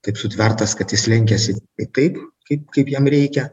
taip sutvertas kad jis lenkiasi tai taip kaip kaip jam reikia